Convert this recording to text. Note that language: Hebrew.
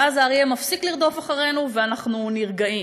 ואז האריה מפסיק לרדוף אחרינו ואנחנו נרגעים.